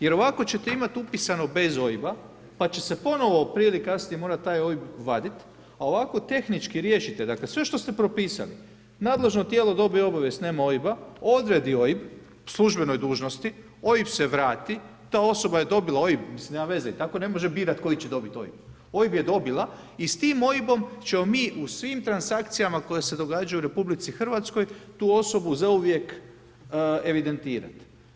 Jer ovako ćete imati upisanog bez OIB-a pa će se ponovno prije ili kasnije taj OIB mora vaditi, a ovako tehnički riješite, dakle sve što ste propisali, nadležno tijelo dobije obavijest, nema OIB-a, odredi OIB po službenoj dužnosti, OIB se vrati, ta osoba je dobila OIB, mislim nema veze i tako ne može birati koji će dobiti OIB, OIB je dobila i s tim OIB-om ćemo mi u svim transakcijama koje se događaju u RH, tu osobu zauvijek evidentirati.